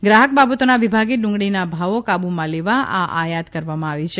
ગ્રાહક બાબતોના વિભાગે ડુંગળીના ભાવો કાબુમાં લેવા આ આયાત કરવામાં આવી છે